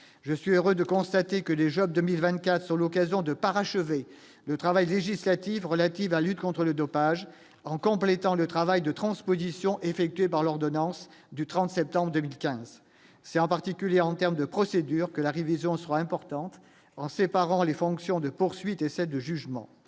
je suis heureux de constater que les jeunes 2000 24 sur l'occasion de parachever le travail législatives relatives à lutte contre le dopage en complétant le travail de transposition effectués par l'ordonnance du 30 septembre 2015 c'est en particulier en terme de procédure que l'arrivée sera importante en séparant les fonctions de poursuites essaie de jugement